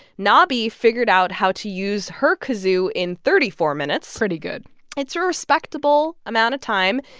knobi figured out how to use her kazoo in thirty four minutes pretty good it's a respectable amount of time.